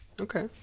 Okay